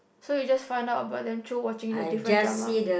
so you just find out about them through watching the different drama